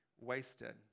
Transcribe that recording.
wasted